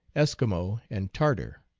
eskimo, and tartar.